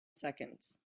seconds